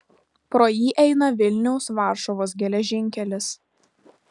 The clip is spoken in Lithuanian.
pro jį eina vilniaus varšuvos geležinkelis